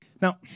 Now